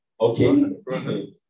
Okay